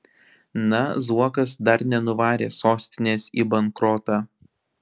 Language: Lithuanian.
na zuokas dar nenuvarė sostinės į bankrotą